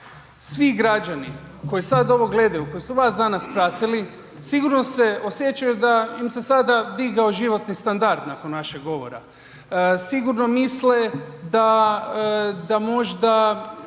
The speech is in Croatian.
Svi građani koji sad ovo gledaju koji su vas danas pratili sigurno se osjećaju da im se sada digao životni standard nakon vašeg govora, sigurno misle da možda